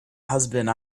husband